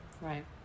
Right